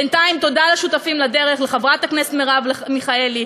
בינתיים תודה לשותפים לדרך: לחברת הכנסת מרב מיכאלי,